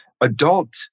adult